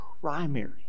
primary